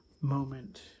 moment